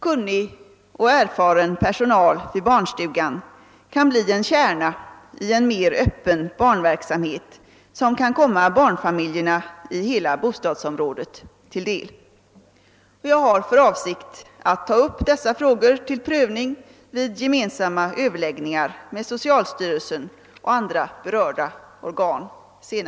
Kunnig och erfaren personal vid barnstugan kan bli en kärna i en mera öppen barnverksamhet, som kan komma barnfamiljerna i hela bostadsområdet till del. Jag har för avsikt att senare i vår ta upp dessa frågor till prövning vid gemensamma överläggningar med socialstyrelsen och andra berörda organ.